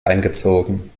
eingezogen